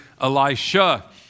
Elisha